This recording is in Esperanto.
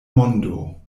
mondo